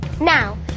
now